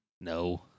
No